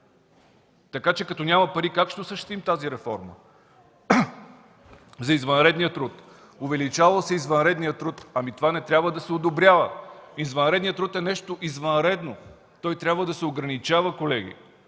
Така че, като няма пари, как ще осъществим тази реформа? За извънредния труд – увеличавал се извънредният труд. Ами, това не трябва да се одобрява. Извънредният труд е нещо извънредно, той трябва да се ограничава, колеги.